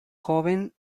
joven